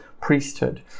priesthood